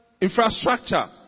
infrastructure